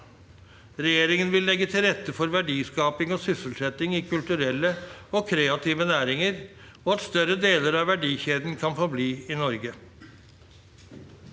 Regjeringen vil legge til rette for verdiskaping og sysselsetting i kulturelle og kreative næringer og for at større deler av verdikjeden kan forbli i Norge.